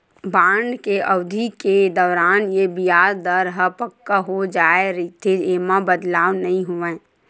bond के अबधि के दौरान ये बियाज दर ह पक्का हो जाय रहिथे, ऐमा बदलाव नइ होवय